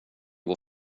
går